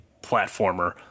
platformer